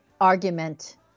argument